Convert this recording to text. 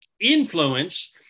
influence